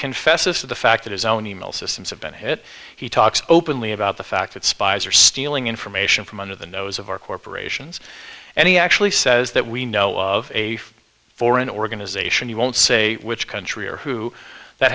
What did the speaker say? confesses to the fact that his own e mail systems have been hit he talks openly about the fact that spies are stealing information from under the nose of our corporations and he actually says that we know of a foreign organization he won't say which country or who that